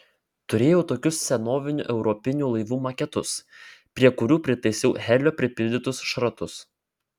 turėjau tokius senovinių europinių laivų maketus prie kurių pritaisiau helio pripildytus šratus